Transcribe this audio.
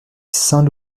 saint